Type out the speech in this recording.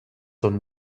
son